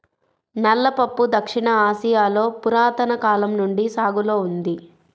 నల్ల పప్పు దక్షిణ ఆసియాలో పురాతన కాలం నుండి సాగులో ఉంది